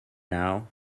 now